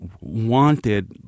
wanted